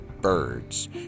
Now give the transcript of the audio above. birds